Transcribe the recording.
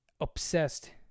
obsessed